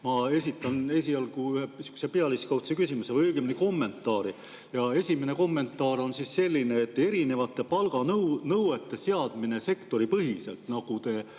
ma esitan esialgu ühe pealiskaudse küsimuse või õigemini kommentaari. Kommentaar on selline. Vaadake, erinevate palganõuete seadmine sektoripõhiselt, nagu te